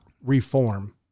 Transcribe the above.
reform